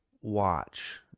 watch